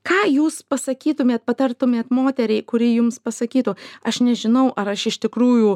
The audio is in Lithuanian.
ką jūs pasakytumėt patartumėt moteriai kuri jums pasakytų aš nežinau ar aš iš tikrųjų